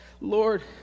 Lord